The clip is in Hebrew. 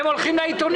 נאמר